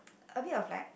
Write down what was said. a bit of like